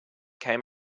came